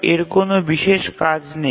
এর কোনও বিশেষ কাজ নেই